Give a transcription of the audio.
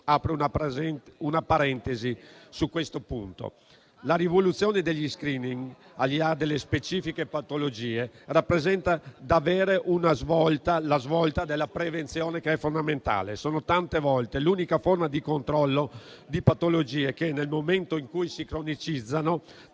La rivoluzione degli *screening*, al di là delle specifiche patologie, rappresenta davvero una svolta nella prevenzione, che è fondamentale. Tante volte, questa è l'unica forma di controllo di patologie che, nel momento in cui si cronicizzano,